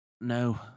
No